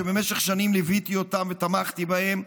שבמשך שנים ליוויתי אותם ותמכתי בהם,